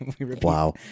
Wow